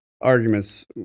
arguments